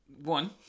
One